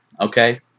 okay